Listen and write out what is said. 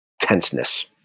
tenseness